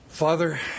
Father